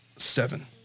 Seven